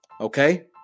okay